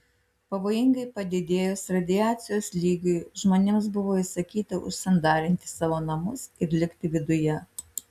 pavojingai padidėjus radiacijos lygiui žmonėms buvo įsakyta užsandarinti savo namus ir likti viduje